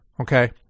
okay